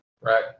Right